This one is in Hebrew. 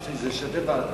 ועדה.